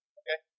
okay